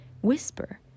whisper